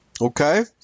Okay